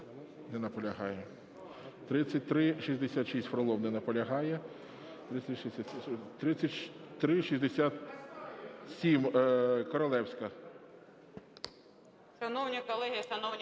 Не наполягає. 3366.Фролов. Не наполягає. 3367. Королевська.